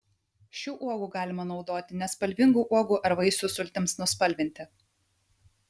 šių uogų galima naudoti nespalvingų uogų ar vaisių sultims nuspalvinti